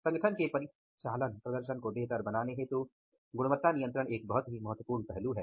संगठन के परिचालन प्रदर्शन को बेहतर बनाने हेतु गुणवत्ता नियंत्रण एक बहुत ही महत्वपूर्ण पहलू है